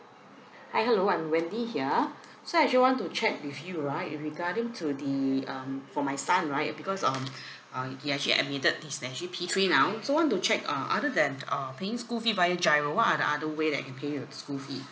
hi hello I'm wendy here so I actually want to check with you right it's regarding to the um for my son right uh because um uh he actually admitted he's actually P three now so I want to check uh other than uh paying school fee via G_I_R_O what are the other way that I can pay you a school fee